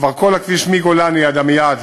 כל הכביש מגולני ועד עמיעד,